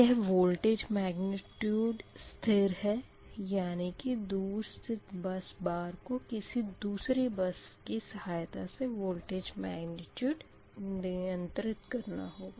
यह voltage magnitude स्थिर है यानी कि दूर स्थित बस बार को किसी दूसरी बस की सहायता से वोल्टेज मैग्निट्यूड नियंत्रित करना होगा